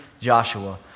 Joshua